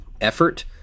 effort